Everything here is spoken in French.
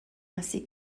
ainsi